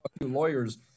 lawyers